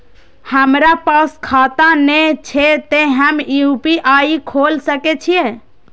हमरा पास खाता ने छे ते हम यू.पी.आई खोल सके छिए?